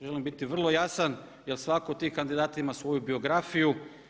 Želim biti vrlo jasan jer svatko od tih kandidata ima svoju biografiju.